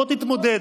בוא תתמודד.